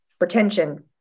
retention